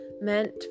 meant